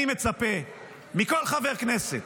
אני מצפה מכל חבר כנסת,